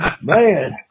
Man